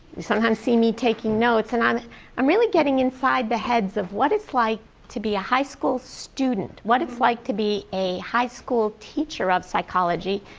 you sometimes see me taking notes. and i'm i'm really getting inside the heads of what it's like to be a high school student, what it's like to be a high school teacher of psychology.